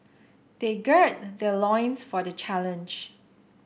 they gird their loins for the challenge